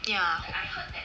ya